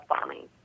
bombing